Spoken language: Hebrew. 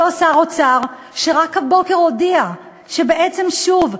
אותו שר אוצר שרק הבוקר הודיע שבעצם שוב,